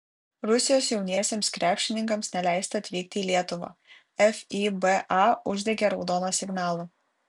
rusijos jauniesiems krepšininkams neleista atvykti į lietuvą fiba uždegė raudoną signalą